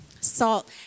Salt